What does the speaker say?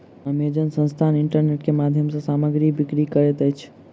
Amazon संस्थान internet के माध्यम सॅ सामग्री बिक्री करैत अछि